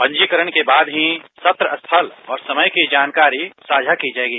पंजीकरण के बाद ही सत्र स्थल और समय की जानकारी साझा की जाएगी